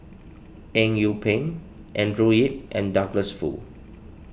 Eng Yee Peng Andrew Yip and Douglas Foo